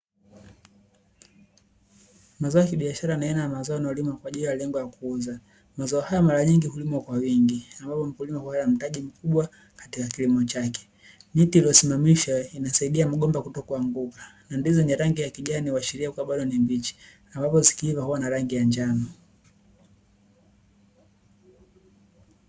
Mazao ya kibiashara ni aina ya mazao yanayolimwa kwa ajili ya lengo la kuuzwa, mazao hayo mara nyingi hulimwa kwa wingi ambapo mkulima inamuhitaji kuwa na mtaji mkubwa katika kilimo hiki, miti iliyosimamishwa inasaidia migomba kutokuanguka na ndizi ya rangi ya kijani huashiria kuwa bado mbichi ambapo zikiiva huwa na rangi ya njano.